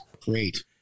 great